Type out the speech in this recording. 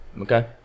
okay